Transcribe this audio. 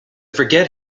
forget